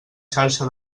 xarxa